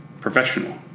professional